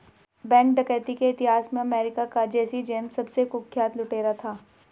bank डकैती के इतिहास में अमेरिका का जैसी जेम्स सबसे कुख्यात लुटेरा था